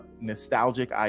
nostalgic